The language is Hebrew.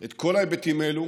את כל ההיבטים האלה